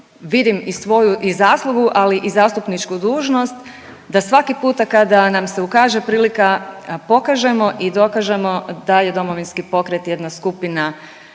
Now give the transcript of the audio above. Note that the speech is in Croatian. vidim i svoju i zaslugu, ali i zastupničku dužnost da svaki puta kada nam se ukaže prilika pokažemo i dokažemo da je Domovinski pokret jedna skupina